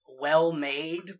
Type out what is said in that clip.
well-made